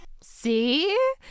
See